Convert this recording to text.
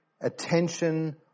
attention